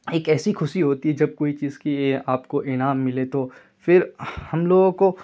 ایک ایسی خوشی ہوتی ہے جب کوئی چیز کی آپ کو انعام ملے تو پھر ہم لوگوں کو